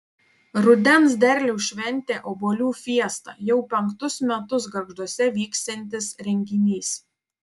rudens derliaus šventė obuolių fiesta jau penktus metus gargžduose vyksiantis renginys